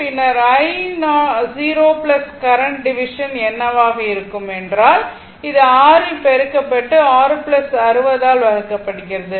பின்னர் i 0 current division என்னவாக இருக்க வேண்டும் என்றால் இது 6 ஆல் பெருக்கப்பட்டு 660 ஆல் வகுக்கப்படுகிறது